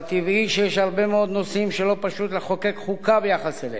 אבל טבעי שיש הרבה מאוד נושאים שלא פשוט לחוקק חוקה ביחס אליהם.